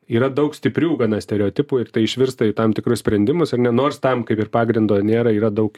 yra daug stiprių gana stereotipų ir tai išvirsta į tam tikrus sprendimus ar ne nors tam kaip ir pagrindo nėra yra daug